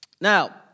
Now